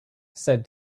said